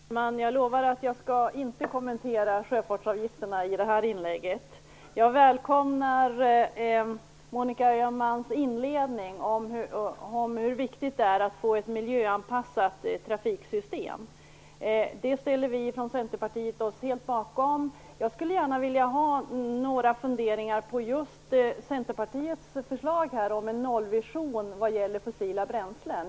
Herr talman! Jag lovar att jag inte skall kommentera sjöfartsavgifterna i det här inlägget. Jag välkomnar Monica Öhmans inledning om hur viktigt det är att få ett miljöanpassat trafiksystem. Det ställer vi oss från Centerpartiet helt bakom. Jag skulle gärna vilja få några funderingar kring Centerpartiets nollvision om fossila bränslen.